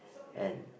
and